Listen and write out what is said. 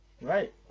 Right